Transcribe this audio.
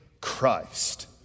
Christ